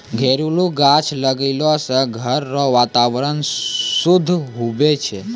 घरेलू गाछ लगैलो से घर रो वातावरण शुद्ध हुवै छै